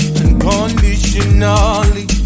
unconditionally